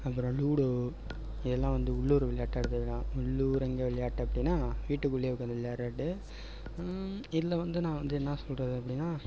அப்புறம் லூடோ இதெல்லாம் வந்து உள்ளூர் விளையாட்டை எடுத்துக்கலாம் உள்ளரங்க விளையாட்டு அப்படின்னா வீட்டுக்குள்ளேயே உட்காந்து விளையாடுறது இதில் வந்து நான் வந்து என்ன சொல்லுறது அப்படின்னா